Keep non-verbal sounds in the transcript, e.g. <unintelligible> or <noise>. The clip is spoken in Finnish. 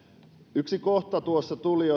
yksi kohta tuossa tuli <unintelligible>